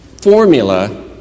formula